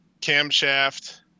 camshaft